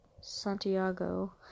Santiago